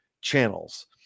channels